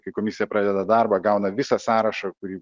kai komisija pradeda darbą gauna visą sąrašą kurį